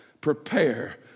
prepare